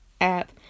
app